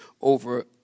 over